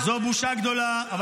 שלא לקח אחריות על